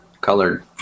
colored